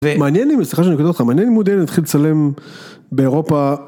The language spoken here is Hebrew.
מעניין אם, מסליחה שאני קוטע אותך, מעניין לי וודי אלן התחיל לצלם באירופה.